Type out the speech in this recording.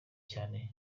cyane